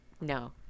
No